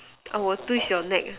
I will twist your neck ah